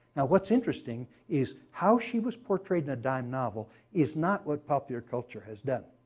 what's interesting is how she was portrayed in a dime novel is not what popular culture has done.